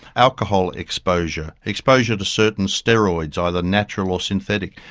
alcohol exposure, exposure to certain steroids, either natural or synthetic.